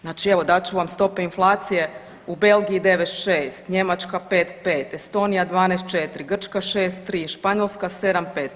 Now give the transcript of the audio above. Znači evo dat ću vam stope inflacije u Belgiji 96, Njemačka 5,5, Estonija 12,4, Grčka 6,3, Španjolska 7,5.